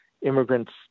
immigrants